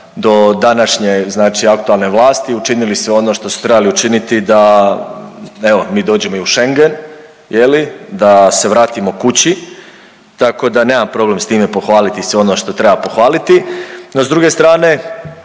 do današnje znači aktualne vlasti učinili sve ono što su trebali učiniti da evo, mi dođemo i u Schengen, je li, da se vratimo kući, tako da nema problem sa time pohvaliti sve ono što treba pohvaliti, no, s druge strane,